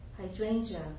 hydrangea